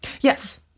Yes